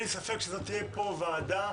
שמבין כל המינויים של יושבי-ראש הוועדות,